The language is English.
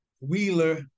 Wheeler